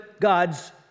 God's